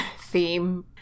theme